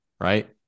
right